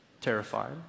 terrified